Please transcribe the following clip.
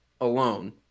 alone